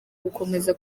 gukomeza